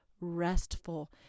restful